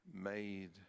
made